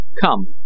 Come